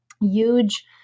Huge